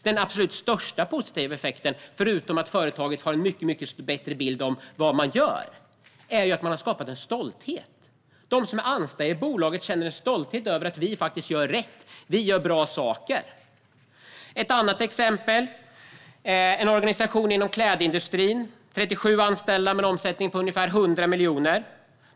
Den största positiva effekten, förutom att företaget har en mycket bättre bild av vad man gör, är att detta har skapat en stolthet. De anställda i bolaget känner en stolthet över att de faktiskt gör rätt och att de gör bra saker. Ett annat exempel är en organisation inom klädindustrin. Den har 37 anställda och en omsättning på ungefär 100 miljoner.